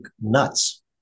nuts